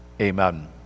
Amen